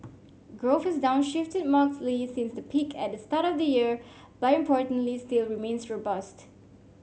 growth has downshifted markedly since the peak at the start of the year but importantly still remains robust